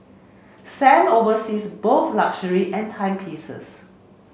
Sam oversees both luxury and timepieces